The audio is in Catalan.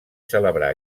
celebrar